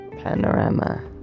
panorama